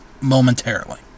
momentarily